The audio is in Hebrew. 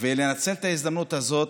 ננצל את ההזדמנות הזאת.